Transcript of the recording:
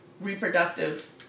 reproductive